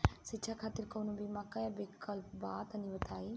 शिक्षा खातिर कौनो बीमा क विक्लप बा तनि बताई?